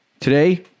Today